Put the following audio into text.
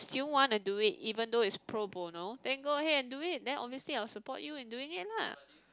do you want to do it even though is pro bona then go ahead and do it then obviously I will support you in doing it lah